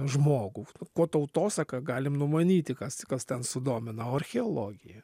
žmogų kuo tautosaka galim numanyti kas kas ten sudomina o archeologija